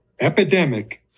epidemic